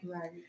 Right